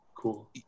cool